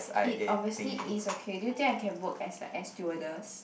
it obviously is okay do you think I can work as a air stewardess